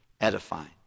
edifying